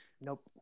Nope